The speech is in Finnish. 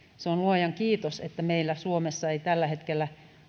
se on luojan kiitos että meillä suomessa ei tällä hetkellä